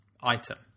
item